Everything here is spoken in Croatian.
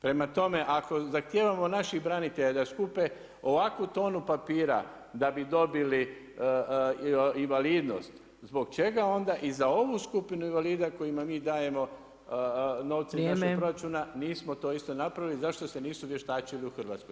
Prema tome, ako zahtijevamo naših branitelja da skupe ovakvu tonu papira da bi dobili invalidnost zbog čega onda i za ovu skupinu invalida kojima mi dajemo novce iz našeg proračuna [[Upadica Opačić: Vrijeme.]] nismo to isto napravili, zašto se nisu vještačili u Hrvatskoj.